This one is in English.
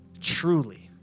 truly